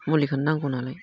मुलिखौनो नांगौ नालाय